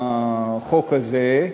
החוק הזה,